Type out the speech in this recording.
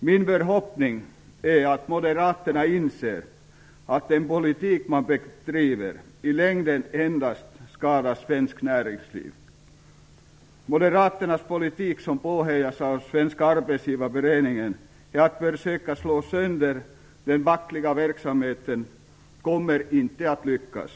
Min förhoppning är att moderaterna inser att den politik man bedriver i längden endast skadar svenskt näringsliv. Moderaternas politik, som påhejas av SAF och som går ut på att försöka slå sönder den fackliga verksamheten, kommer inte att lyckas.